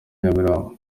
nyamirambo